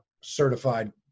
certified